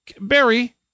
Barry